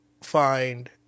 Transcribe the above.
find